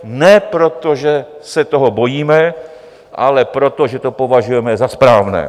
Ne proto, že se toho bojíme, ale proto, že to považujeme za správné.